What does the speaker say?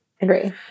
Agree